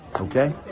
Okay